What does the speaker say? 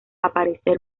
aparecer